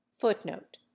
Footnote